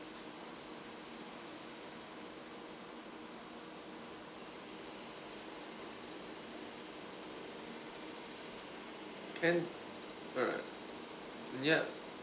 can alright ya